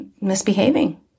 misbehaving